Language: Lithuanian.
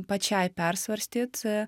pačiai persvarstyt